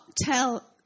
tell